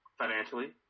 financially